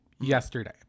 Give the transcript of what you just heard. yesterday